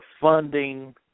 funding